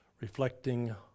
reflecting